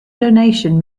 donation